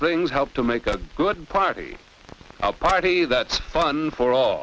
things help to make a good party a party that's fun for